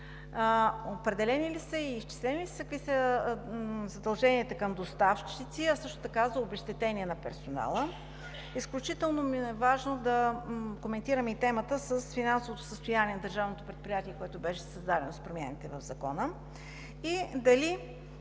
Определени и изчислени ли са и какви са задълженията към доставчици, а също така и за обезщетение на персонала? Изключително ми е важно да коментираме и темата с финансовото състояние на държавното предприятие, което беше създадено с промените в Закона и дали